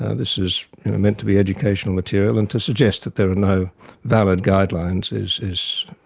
this is meant to be educational material, and to suggest that there are no valid guidelines is is